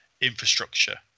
infrastructure